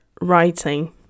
writing